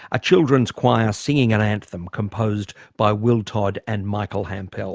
a children's choir singing an anthem composed by will todd and michael hampel